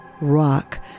rock